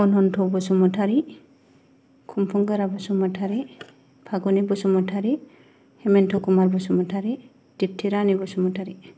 अनन्त बसुमतारि खंफुंगोरा बसुमतारि फागुनि बसुमतारि हेमेन्ट' कुमार बसुमतारि दिप्ति रानि बसुमतारि